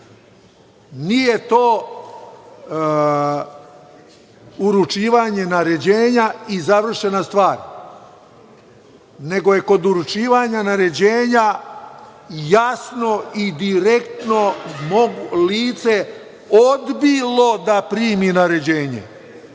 Nije to uručivanje naređenja i završena stvar, nego je kod uručivanja naređenja jasno i direktno lice odbilo da primi naređenje.